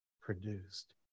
produced